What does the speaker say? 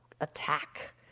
attack